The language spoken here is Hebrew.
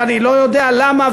ואני לא יודע למה,